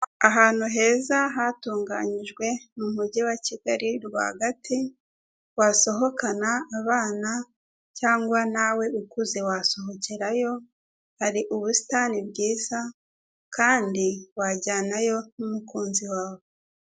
Ahantu heza hatunganyijwe mu mujyi wa Kigali rwagati, wasohokana abana cyangwa nawe ukuze wasohokerayo, hari ubusitani bwiza kandi wajyanayo n'umukunzi wawe.